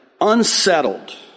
unsettled